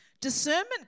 Discernment